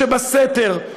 שבסתר,